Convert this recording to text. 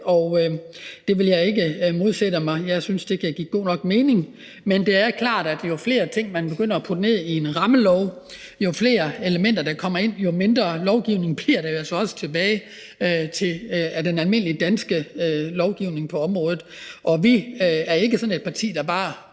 og det vil jeg ikke modsætte mig. Jeg synes, det kan give god nok mening, men det er klart, at jo flere ting, man begynder at putte ned i en rammelov, jo mindre lovgivning bliver der altså også tilbage af den almindelige danske lovgivning på området. Og vi er ikke sådan et parti, der bare